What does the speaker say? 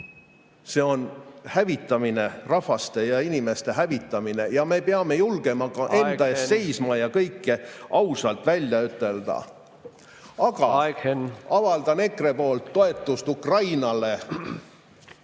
See on hävitamine, rahvaste ja inimeste hävitamine, ja me peame julgema ka enda eest seista …… ja kõike ausalt välja ütelda. Aga avaldan EKRE poolt toetust Ukrainale.